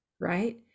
right